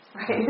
Right